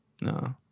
No